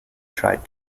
tried